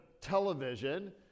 television